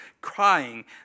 crying